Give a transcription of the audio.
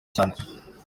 cyane